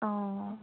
অঁ